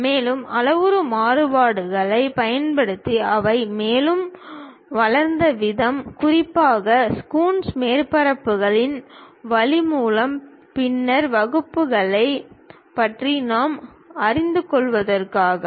மேலும் அளவுரு மாறுபாடுகளைப் பயன்படுத்தி அவை மேலும் வளர்ந்த விதம் குறிப்பாக கூன்ஸ் மேற்பரப்புகளின் வழி மூலம் பின்னர் வகுப்புகளைப் பற்றி நாம் அறிந்து கொள்வோம்